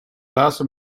laatste